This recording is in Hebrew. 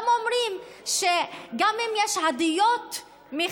גם אומרים: גם אם יש עדויות מחיילים,